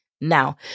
now